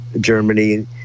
Germany